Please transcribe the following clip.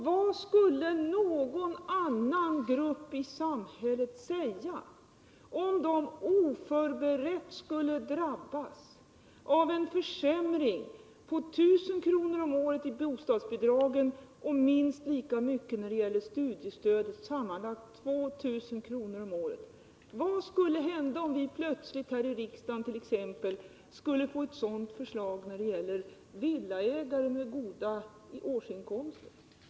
Vad skulle hända om någon annan grupp i samhället oförberett skulle drabbas av en försämring med 1 000 kr. om året när det gäller bostadsbidragen och minst lika mycket när det gäller studiestödet, alltså sammanlagt 2000 kr. om året? Vad skulle hända om vi här i riksdagen plötsligt skulle få ett liknande förslag som rörde villaägare med goda årsinkomster?